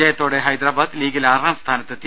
ജയത്തോടെ ഹൈദരാബാദ് ലീഗിൽ ആറാംസ്ഥാനത്തെത്തി